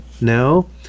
No